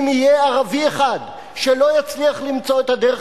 אם יהיה ערבי אחד שלא יצליח למצוא את הדרך